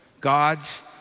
God's